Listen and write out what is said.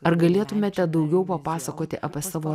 ar galėtumėte daugiau papasakoti apie savo